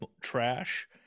trash